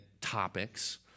topics